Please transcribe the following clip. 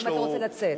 אם אתה רוצה לצאת.